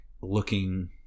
looking